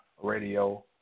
Radio